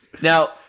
Now